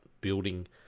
building